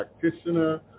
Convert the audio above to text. practitioner